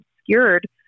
obscured